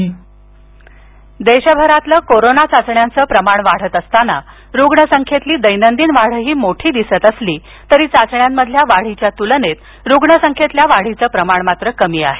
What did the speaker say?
Covid राष्ट्रीय देशभरातलं corona चाचण्यांचं प्रमाण वाढत असताना रुग्ण संख्येतली दैनंदिन वाढही मोठी दिसत असली तरी चाचण्यांमधील वाढीच्या तुलनेत रुग्ण संख्येतल्या वाढीचं प्रमाण कमी आहे